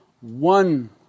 one